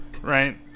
right